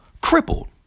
crippled